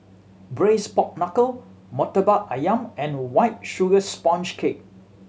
Braised Pork Knuckle Murtabak Ayam and White Sugar Sponge Cake